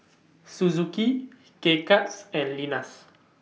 Suzuki K Cuts and Lenas